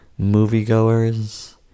moviegoers